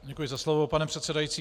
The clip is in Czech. Děkuji za slovo, pane předsedající.